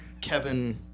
Kevin